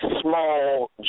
small